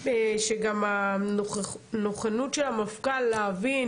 שגם הנכונות של המפכ"ל להבין,